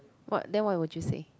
what then why would you say